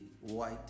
white